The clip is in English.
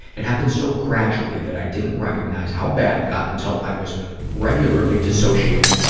it happened so gradually that i didn't recognize how bad it got until i was regularly dissociating,